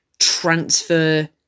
transfer